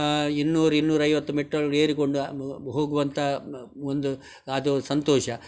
ಇನ್ನೂರು ಇನ್ನೂರೈವತ್ತು ಮೆಟ್ಟಲನ್ನು ಏರಿಕೊಂಡು ಹೋಗುವಂಥ ಒಂದು ಅದು ಸಂತೋಷ